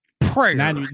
prayer